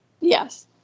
Yes